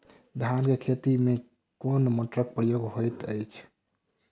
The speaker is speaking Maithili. धान केँ खेती मे केँ मोटरक प्रयोग होइत अछि?